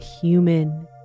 human